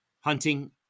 hunting